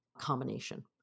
combination